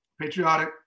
Patriotic